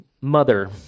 mother